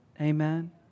Amen